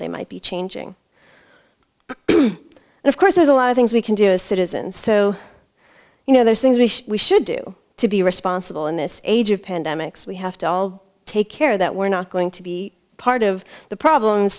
they might be changing and of course there's a lot of things we can do a citizen so you know there's things we should do to be responsible in this age of pandemics we have to all take care that we're not going to be part of the problem